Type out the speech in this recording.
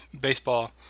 baseball